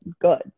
good